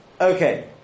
Okay